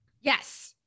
yes